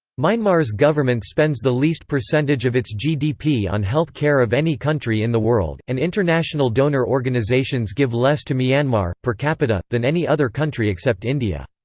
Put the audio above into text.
myanmar's government spends the least percentage of its gdp on health care of any country in the world, and international donor organisations give less to myanmar, per capita, than any other country except india.